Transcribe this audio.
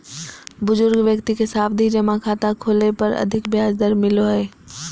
बुजुर्ग व्यक्ति के सावधि जमा खाता खोलय पर अधिक ब्याज दर मिलो हय